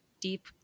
deep